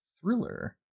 thriller